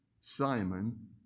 Simon